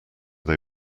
they